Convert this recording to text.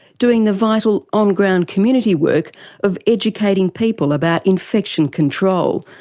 doing the vital on-ground community work of educating people about infection control,